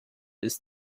ist